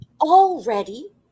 already